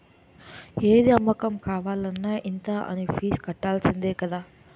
ఏది అమ్మకం కావాలన్న ఇంత అనీ ఫీజు కట్టాల్సిందే కదా